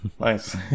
nice